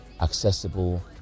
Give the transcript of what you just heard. accessible